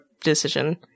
decision